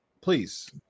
please